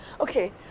Okay